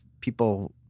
people-